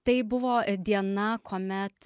tai buvo diena kuomet